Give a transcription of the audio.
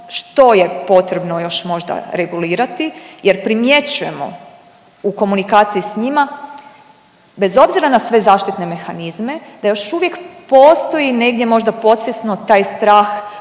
što je potrebno još možda regulirati jer primjećujemo u komunikaciji s njima, bez obzira na sve zaštitne mehanizme da još uvijek postoji negdje možda podsvjesno taj strah